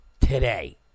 today